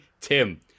Tim